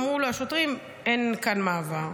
אמרו לו השוטרים: אין כאן מעבר.